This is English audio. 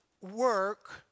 work